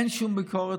אין שום ביקורת,